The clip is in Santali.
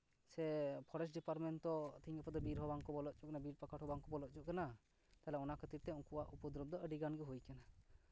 ᱯᱷᱚᱨᱮᱥᱴ ᱰᱤᱯᱟᱨᱢᱮᱱᱴ ᱛᱚ ᱛᱤᱦᱤᱧ ᱜᱟᱯᱟ ᱫᱚ ᱵᱤᱨ ᱦᱚᱸ ᱠᱚ ᱵᱚᱞᱚ ᱦᱚᱪᱚᱣᱟᱜ ᱠᱟᱱᱟ ᱵᱤᱨ ᱯᱟᱠᱟᱲ ᱦᱚᱸ ᱵᱟᱝᱠᱚ ᱵᱚᱞᱚ ᱦᱚᱪᱚᱣᱟᱜ ᱠᱟᱱᱟ ᱛᱟᱦᱞᱮ ᱚᱱᱟ ᱠᱷᱟᱹᱛᱤᱨ ᱛᱮ ᱩᱱᱠᱩᱣᱟᱜ ᱩᱯᱚᱫᱨᱚᱵᱽ ᱫᱚ ᱟᱹᱰᱤᱜᱮ ᱦᱩᱭ ᱟᱠᱟᱱᱟ